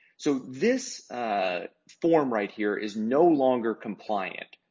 so, this form right here is no longer compliant.